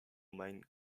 main